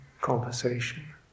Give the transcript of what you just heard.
conversation